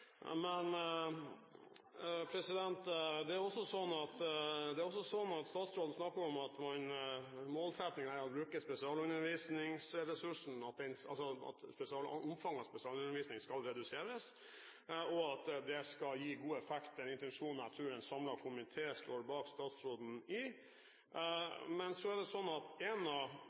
det er også sånn at statsråden snakker om at målsettingen er at omfanget av spesialundervisning skal reduseres, og at det skal gi god effekt – en intensjon jeg tror en samlet komité står bak statsråden i. Men så er det sånn at noe av